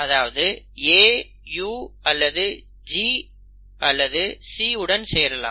அதாவது A U அல்லது G அல்லது C உடன் சேரலாம்